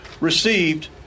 received